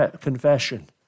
confession